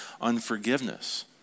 unforgiveness